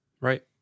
Right